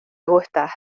gustas